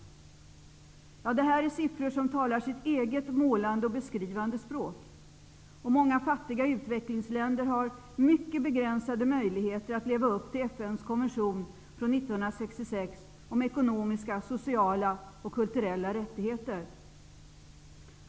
Det här är siffror som talar sitt eget målande och beskrivande språk. Många fattiga utvecklingsländer har mycket begränsade möjligheter att leva upp till FN:s konvention från 1966 om ekonomiska, sociala och kulturella rättigheter.